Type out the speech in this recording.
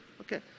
Okay